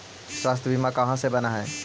स्वास्थ्य बीमा कहा से बना है?